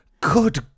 Good